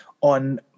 on